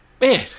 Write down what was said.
man